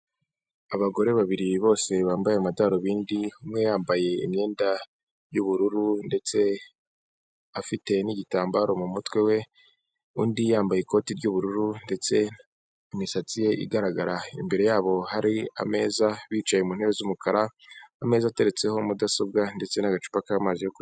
Abagore babiri bose bambaye amadarubindi, umwe yambaye imyenda y'ubururu ndetse afite n'igitambaro mu mutwe we, undi yambaye ikoti ry'ubururu ndetse imisatsi ye igaragarara, imbere yabo hari ameza, bicaye mu ntebe z'umukara, ameza ateretseho mudasobwa ndetse n'agacupa k'amazi yo kunywa.